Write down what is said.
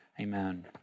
Amen